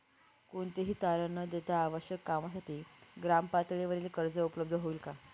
कोणतेही तारण न देता आवश्यक कामासाठी ग्रामपातळीवर कर्ज उपलब्ध होईल का?